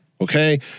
Okay